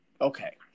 Okay